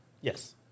Yes